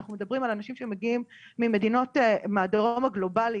אנחנו מדברים על אנשים שמגיעים ממדינות הדרום הגלובלי,